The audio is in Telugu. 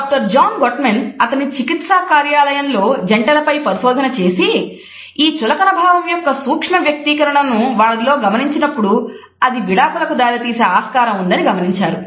డాక్టర్ జాన్ గోట్మాన్ అతని చికిత్స కార్యాలయంలో జంటల పై పరిశోధన చేసి ఈ చులకన భావం యొక్క సూక్ష్మ వ్యక్తీకరణను వారిలో గమనించినప్పుడు అది విడాకులకు దారితీసే ఆస్కారం ఉన్నదని గమనించారు